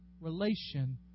relation